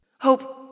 Hope